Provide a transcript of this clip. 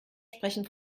sprechen